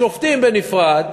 שופטים בנפרד,